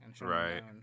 Right